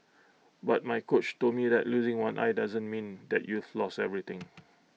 but my coach told me that losing one eye doesn't mean that you've lost everything